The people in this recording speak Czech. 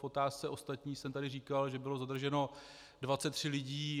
K otázce ostatních jsem tady říkal, že bylo zadrženo 23 lidí.